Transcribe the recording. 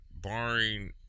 barring